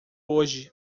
hoje